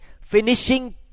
finishing